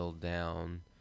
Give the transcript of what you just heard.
down